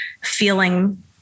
feeling